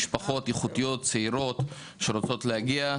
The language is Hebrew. מדובר במשפחות איכותיות צעירות שרוצות להגיע.